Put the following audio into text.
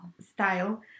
style